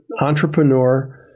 entrepreneur